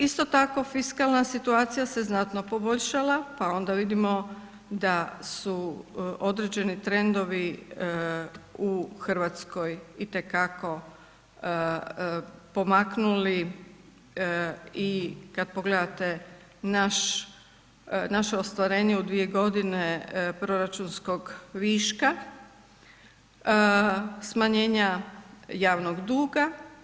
Isto tako fiskalna situacija se znatno poboljšala pa onda vidimo da su određeni trendovi u Hrvatskoj itekako pomaknuli i kad pogledate naše ostvarenje u dvije godine proračunskog viška, smanjenja javnog duga.